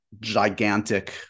gigantic